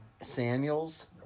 Samuels